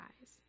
eyes